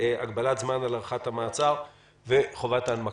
הגבלת זמן על הארכת המעצר וחובת ההנמקה.